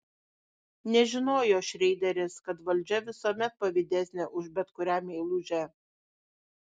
nežinojo šreideris kad valdžia visuomet pavydesnė už bet kurią meilužę